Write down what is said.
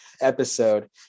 episode